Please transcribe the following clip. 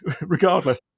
regardless